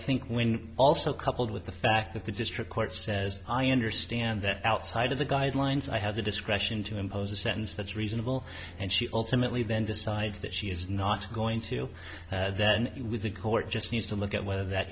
think when also coupled with the fact that the district court says i understand that outside of the guidelines i have the discretion to impose a sentence that's reasonable and she ultimately then decides that she is not going to with the court just needs to look at whether that